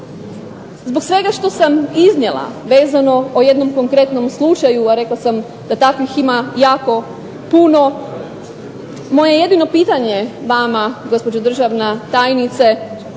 Zbog svega što sam iznijela, vezano o jednom konkretnom slučaju, a rekla sam da takvih ima jako puno, moje jedino pitanje vama gospođo državna tajnice,